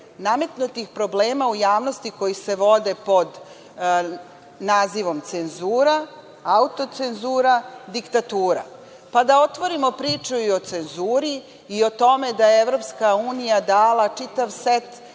Nametnutih problema u javnosti koji se vode pod nazivom, cenzura, autocenzura, diktatura. Da otvorimo priču i o cenzuri, i o tome da EU je dala pozitivno